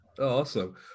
Awesome